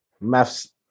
maths